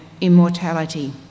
immortality